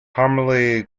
commonly